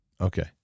Okay